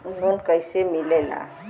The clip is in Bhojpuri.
लोन कईसे मिलेला?